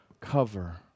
cover